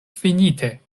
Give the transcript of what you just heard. finite